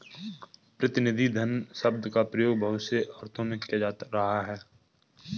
प्रतिनिधि धन शब्द का प्रयोग बहुत से अर्थों में किया जाता रहा है